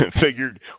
figured